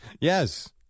Yes